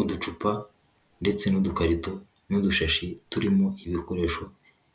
Uducupa ndetse n'udukarito n'udushashi turimo ibikoresho